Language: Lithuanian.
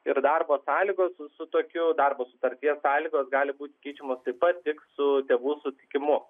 ir darbo sąlygos su tokiu darbo sutarties sąlygos gali būti keičiamos taip pat tik su tėvų sutikimu